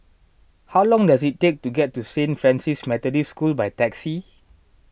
how long does it take to get to Saint Francis Methodist School by taxi